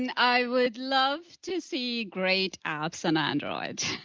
and i would love to see great apps in androids.